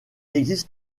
existe